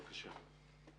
בבקשה.